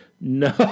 No